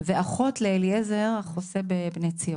ואחות לאליעזר שהינו חוסה בבני ציון.